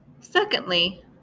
Secondly